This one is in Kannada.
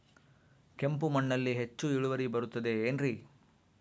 ಕೆಂಪು ಮಣ್ಣಲ್ಲಿ ಹೆಚ್ಚು ಇಳುವರಿ ಬರುತ್ತದೆ ಏನ್ರಿ?